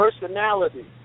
personality